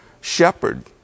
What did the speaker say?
shepherd